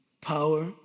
power